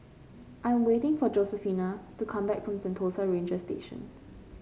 I am waiting for Josefina to come back from Sentosa Ranger Station